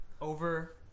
over